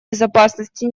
безопасности